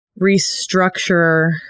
restructure